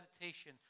meditation